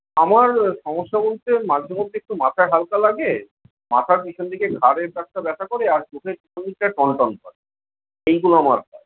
আমার সমস্যা বলতে মাঝে মধ্যে একটু মাথা হালকা লাগে মাথার পিছন দিকে ঘাড়ের কাছটা ব্যথা করে আর চোখের মণিটা টনটন করে এইগুলো আমার হয়